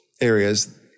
areas